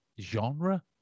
genre